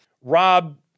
Rob